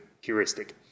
heuristic